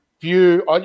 view